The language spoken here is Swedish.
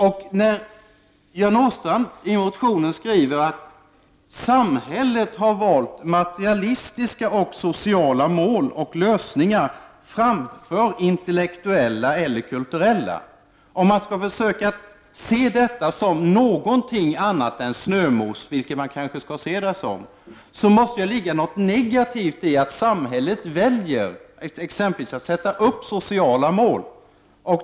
Göran Åstrand skriver i motionen att samhället har valt materialistiska och sociala mål och lösningar framför intellektuella eller kulturella. Om man skall försöka se detta som någonting annat än snömos — vilket man kanske skall se det som — så måste det ligga något negativt i att samhället väljer att sätta upp sociala mål.